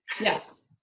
Yes